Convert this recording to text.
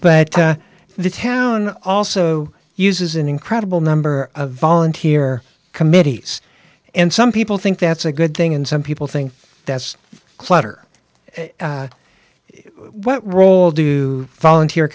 but the town also uses an incredible number of volunteer committees and some people think that's a good thing and some people think that's clatter and what role do volunteer